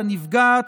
לנפגעת,